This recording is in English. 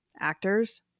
actors